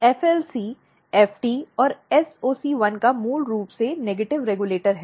FLC FT और SOC1 का मूल रूप से नकारात्मक रिग्यलेटर है